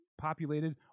populated